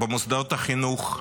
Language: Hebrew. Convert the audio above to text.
במוסדות החינוך,